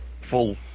full